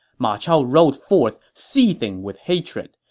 ma chao rode forth seething with hatred.